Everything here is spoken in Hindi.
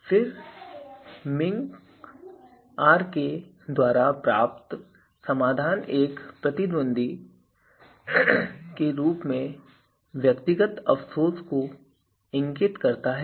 फिर minkRk द्वारा प्राप्त समाधान एक प्रतिद्वंद्वी के न्यूनतम व्यक्तिगत अफसोस को इंगित करता है